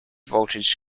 voltage